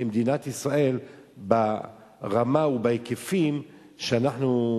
במדינת ישראל ברמה ובהיקפים שאנחנו,